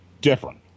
different